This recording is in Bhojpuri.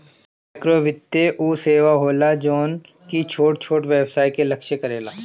माइक्रोवित्त उ सेवा होला जवन की छोट छोट व्यवसाय के लक्ष्य करेला